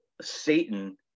satan